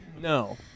No